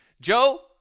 Joe